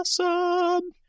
awesome